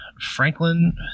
Franklin